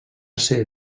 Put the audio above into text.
ser